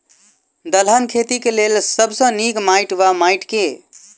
दलहन खेती केँ लेल सब सऽ नीक माटि वा माटि केँ?